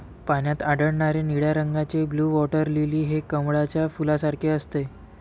पाण्यात आढळणारे निळ्या रंगाचे ब्लू वॉटर लिली हे कमळाच्या फुलासारखे असते